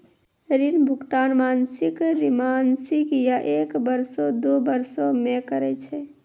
ऋण भुगतान मासिक, त्रैमासिक, या एक बरसो, दु बरसो मे करै छै